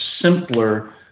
Simpler